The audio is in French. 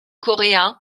coréen